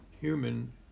human